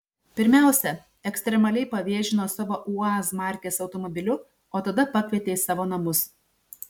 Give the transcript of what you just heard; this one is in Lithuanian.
pirmiausia ekstremaliai pavėžino savo uaz markės automobiliu o tada pakvietė į savo namus